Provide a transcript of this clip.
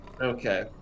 Okay